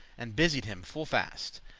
and busied him full fast.